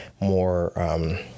more